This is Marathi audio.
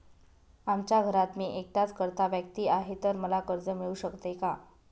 आमच्या घरात मी एकटाच कर्ता व्यक्ती आहे, तर मला कर्ज मिळू शकते का?